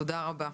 תודה רבה.